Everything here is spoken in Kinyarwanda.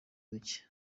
duke